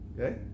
okay